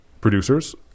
producers